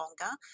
longer